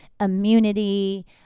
immunity